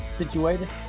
situated